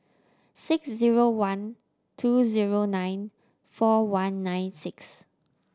six zero one two zero nine four one nine six